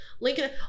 Lincoln